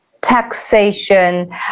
taxation